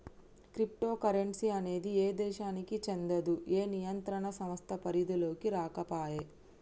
crypto currency అనేది ఏ దేశానికీ చెందదు, ఏ నియంత్రణ సంస్థ పరిధిలోకీ రాకపాయే